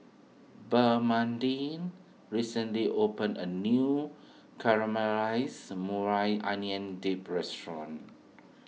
Bernadine recently opened a new Caramelized Maui Onion Dip restaurant